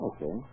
Okay